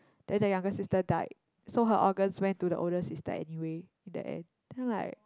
then the younger sister died so her organs went to the older sister anyway in the end then I like